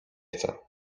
chcę